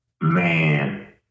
man